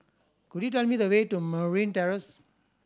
could you tell me the way to Merryn Terrace